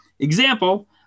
Example